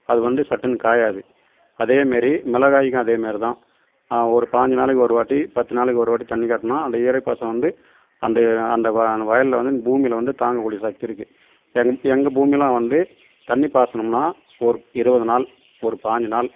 அது வந்து சட்டுன்னு காயாது அதேமாரி மிளகாய்க்கும் அதேமாரி தான் ஒரு பாய்ஞ்சு நாளைக்கு ஒரு வாட்டி பத்து நாளைக்கு ஒரு வாட்டி தண்ணி காட்டினா அந்த ஈரை பசம் வந்து அந்த அந்த வ அந்த வயலில் வந்து பூமியில வந்து தாங்க கூடிய சக்தி இருக்கு எங் எங்கள் பூமி எல்லாம் வந்து தண்ணி பாய்சணும்னா ஒரு இருபது நாள் ஒரு பாய்ஞ்சு நாள்